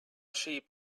sheep